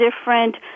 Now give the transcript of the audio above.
different